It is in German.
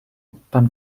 beim